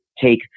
take